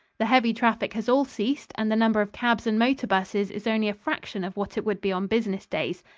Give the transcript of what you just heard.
the heavy traffic has all ceased and the number of cabs and motor busses is only a fraction of what it would be on business days.